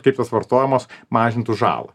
kaip tas vartojimas mažintų žalą